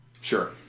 sure